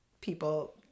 people